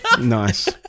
Nice